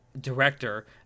director